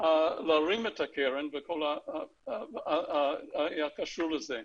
להרים את הקרן וכל הקשור לזה.